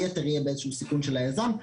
היתר יהיה באיזה שהוא סיכון של היזם,